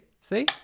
see